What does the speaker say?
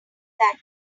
that